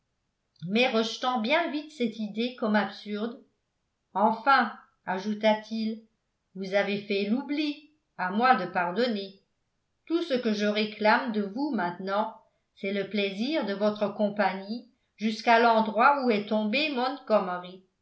mais rejetant bien vite cette idée comme absurde enfin ajouta-t-il vous avez fait l'oubli à moi de pardonner tout ce que je réclame de vous maintenant c'est le plaisir de votre compagnie jusqu'à l'endroit où est tombé